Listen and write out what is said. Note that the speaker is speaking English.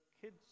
kids